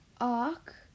arc